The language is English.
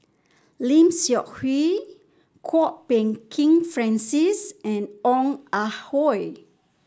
Lim Seok Hui Kwok Peng Kin Francis and Ong Ah Hoi